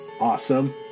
Awesome